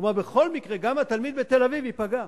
כלומר בכל מקרה גם התלמיד בתל-אביב ייפגע,